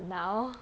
now